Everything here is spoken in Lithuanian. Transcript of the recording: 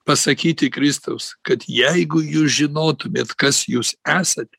pasakyti kristaus kad jeigu jūs žinotumėt kas jūs esat